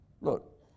Look